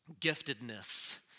giftedness